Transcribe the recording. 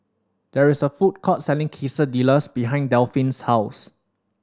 there is a food court selling Quesadillas behind Delphine's house